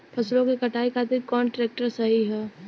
फसलों के कटाई खातिर कौन ट्रैक्टर सही ह?